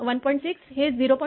6 हे 0